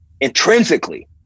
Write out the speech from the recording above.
intrinsically